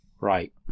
right